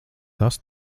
tas